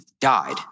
died